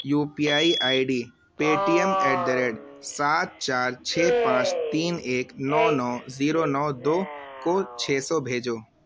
you P I I D Paytm at the rate سات چار چھ پانچ تین ایک نو نو زیرو نو دو کو چھ سو بھیجو